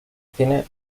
cine